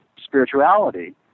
spirituality